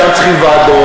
שם צריכים ועדות,